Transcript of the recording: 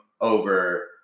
over